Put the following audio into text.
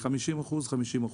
50%-50%.